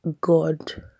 God